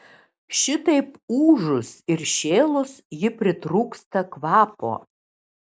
šitaip ūžus ir šėlus ji pritrūksta kvapo